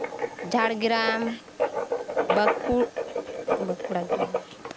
ᱡᱷᱟᱲᱜᱨᱟᱢ ᱵᱟᱸᱠᱩᱲᱟ ᱜᱮ ᱞᱟᱦᱟᱭᱮᱱ ᱛᱤᱧᱟ